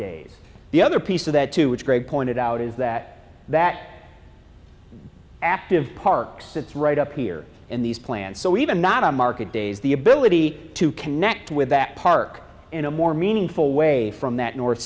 days the other piece of that to which great pointed out is that that active park sits right up here in these plans so even not on market days the ability to connect with that park in a more meaningful way from that north